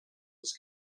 was